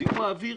זיהום האוויר